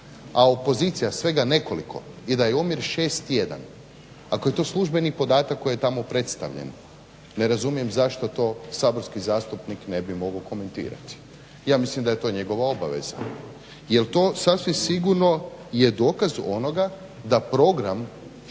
a opozicija svega nekoliko i da je omjer šest jedan, ako je to službeni podatak koji je tamo predstavljen ne razumijem zašto to saborski zastupnik ne bi mogao komentirati. Ja mislim da je to njegova obaveza. Jer to sasvim sigurno je dokaz onoga da program